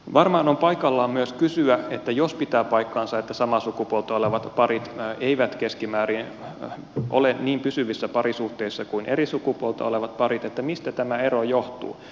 varmaan on paikallaan myös kysyä jos pitää paikkansa että samaa sukupuolta olevat parit eivät keskimäärin ole niin pysyvissä parisuhteissa kuin eri sukupuolta olevat parit mistä tämä ero johtuu